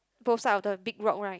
both side of the big rock right